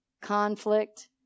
conflict